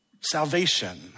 salvation